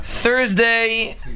Thursday